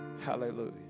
Hallelujah